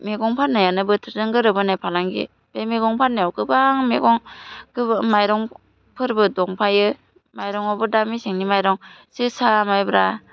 मेगं फान्नायआनो बोथोरजों गोरोबहोनाय फालांगि बे मेगं फान्नायाव गोबां मेगं गोबो मायरंफोरबो दंफायो माइरंआवबो दा मेसेंनि माइरं जोसा माइब्रा